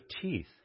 teeth